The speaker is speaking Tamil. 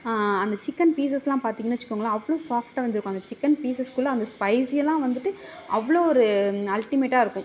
அந்த சிக்கன் பீஸ்யெலாம் பார்த்திங்க வைச்சுக்கோங்களேன் அவ்வளோ சாப்டாக வெந்திருக்கும் அந்த சிக்கன் பீஸஸ்யெலாம் அந்த ஸ்பைசியெல்லாம் வந்துட்டு அவ்வளோ ஒரு அல்டிமேட்டாக இருக்கும்